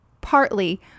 partly